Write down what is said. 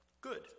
good